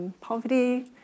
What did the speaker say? poverty